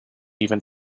even